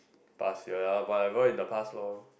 past year whatever in the past lor